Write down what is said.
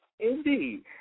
Indeed